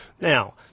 now